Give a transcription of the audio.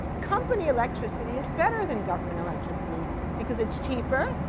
company electricity is better than government electricity because it's cheaper,